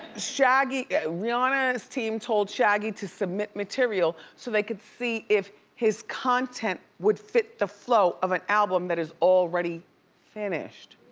rihanna's team told shaggy to submit material so they could see if his content would fit the flow of an album that is already finished.